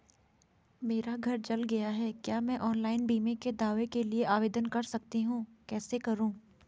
मेरा घर जल गया है क्या मैं ऑनलाइन बीमे के दावे के लिए आवेदन कर सकता हूँ कैसे करूँ?